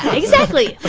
exactly.